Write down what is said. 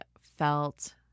felt